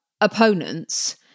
opponents